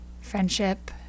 Friendship